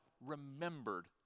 remembered